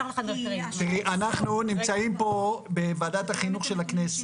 תראי אנחנו נמצאים פה בוועדת החינוך של הכנסת